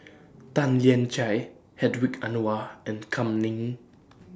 Tan Lian Chye Hedwig Anuar and Kam Ning